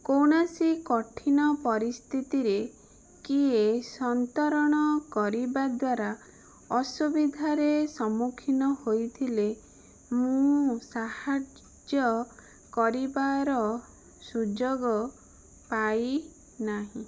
କୌଣସି କଠିନ ପରିସ୍ଥିତିରେ କିଏ ସନ୍ତରଣ କରିବା ଦ୍ୱାରା ଅସୁବିଧାରେ ସମ୍ମୁଖୀନ ହୋଇଥିଲେ ମୁଁ ସାହାଯ୍ୟ କରିବାର ସୁଯୋଗ ପାଇ ନାହିଁ